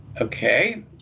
Okay